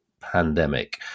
pandemic